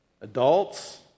Adults